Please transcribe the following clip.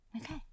okay